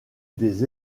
des